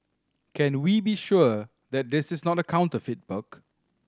can we be sure that this is not a counterfeit book